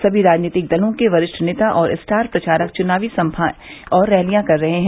सभी राजनीतिक दलों के वरिष्ठ नेता और स्टार प्रचारक चुनावी सभाएं और रैलियां कर रहे हैं